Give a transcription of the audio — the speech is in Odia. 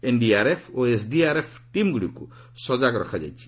ଏନ୍ଡିଆର୍ଏଫ୍ ଓ ଏସ୍ଡିଆର୍ଏଫ୍ ଟିମ୍ଗୁଡ଼ିକୁ ସଜାଗ ରଖାଯାଇଛି